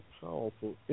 powerful